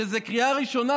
כשזו קריאה ראשונה,